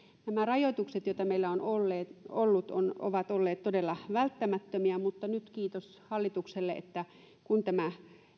nämä rajoitukset joita meillä on ollut ovat olleet todella välttämättömiä mutta nyt kiitos hallitukselle siitä että kun tämä